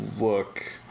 look